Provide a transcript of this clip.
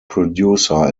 producer